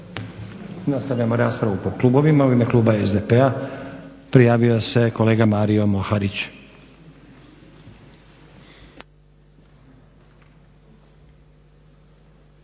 Nastavljamo raspravu po klubovima. U ime Kluba SDP-a prijavio se kolega Mario Moharić.